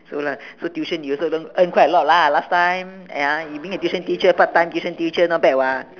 so la~ so tuition you also learn earn quite a lot lah last time ya you being a tuition teacher part time tuition teacher not bad [what]